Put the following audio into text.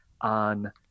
on